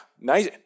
nice